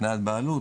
הקניית בעלות,